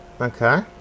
Okay